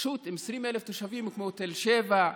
רשות עם 20,000 תושבים כמו תל שבע,